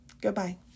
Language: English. goodbye